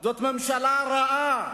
זאת ממשלה רעה,